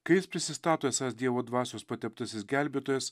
kai jis prisistato esąs dievo dvasios pateptasis gelbėtojas